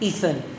Ethan